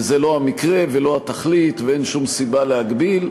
וזה לא המקרה ולא התכלית, ואין שום סיבה להגביל.